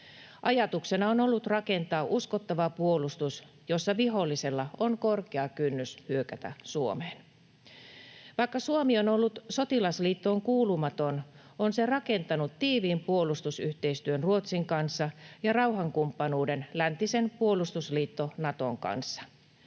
Ajatuksena on ollut rakentaa uskottava puolustus, jossa vihollisella on korkea kynnys hyökätä Suomeen. Vaikka Suomi on ollut sotilasliittoon kuulumaton, on se rakentanut tiiviin puolustusyhteistyön Ruotsin kanssa ja rauhankumppanuuden läntisen puolustusliitto Naton kanssa.